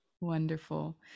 wonderful